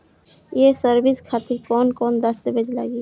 ये सर्विस खातिर कौन कौन दस्तावेज लगी?